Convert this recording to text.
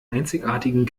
einzigartigen